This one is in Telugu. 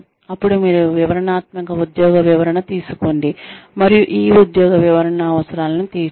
అప్పుడు మీరు వివరణాత్మక ఉద్యోగ వివరణ తీసుకోండి మరియు ఈ ఉద్యోగ వివరణల అవసరాలను తీర్చండి